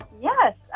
Yes